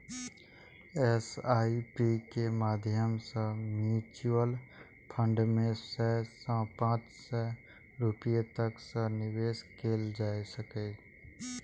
SIP के माध्यम सं म्यूचुअल फंड मे सय सं पांच सय रुपैया तक सं निवेश कैल जा सकैए